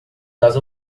das